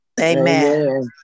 Amen